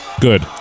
Good